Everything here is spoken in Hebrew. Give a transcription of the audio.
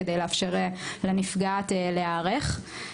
כדי לאפשר לנפגעת להיערך.